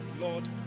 lord